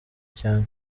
cyane